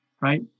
right